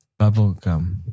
Bubblegum